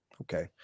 Okay